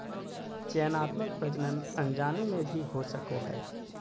चयनात्मक प्रजनन अनजाने में भी हो सको हइ